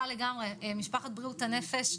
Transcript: משפחת בריאות הנפש.